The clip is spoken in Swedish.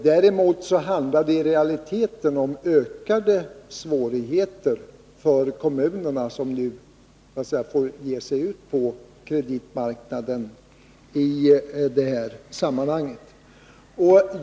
Däremot handlar det i realiteten om ökade svårigheter för kommunerna, som idet här sammanhanget nu får ge sig ut på kreditmarknaden och få sämre lånevillkor.